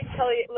Kelly